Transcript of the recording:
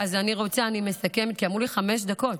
אני מסכמת, כי אמרו לי חמש דקות.